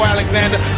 Alexander